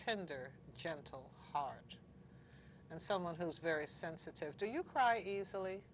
tender gentle harms and someone who's very sensitive to you cry easily